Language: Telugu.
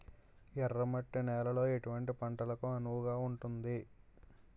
ఎర్ర మట్టి నేలలో ఎటువంటి పంటలకు అనువుగా ఉంటుంది?